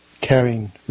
caring